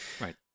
Right